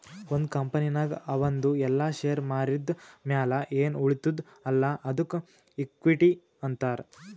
ಒಂದ್ ಕಂಪನಿನಾಗ್ ಅವಂದು ಎಲ್ಲಾ ಶೇರ್ ಮಾರಿದ್ ಮ್ಯಾಲ ಎನ್ ಉಳಿತ್ತುದ್ ಅಲ್ಲಾ ಅದ್ದುಕ ಇಕ್ವಿಟಿ ಅಂತಾರ್